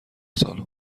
سالن